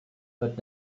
but